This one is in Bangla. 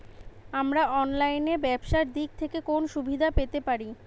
আমরা অনলাইনে ব্যবসার দিক থেকে কোন সুবিধা পেতে পারি?